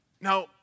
Now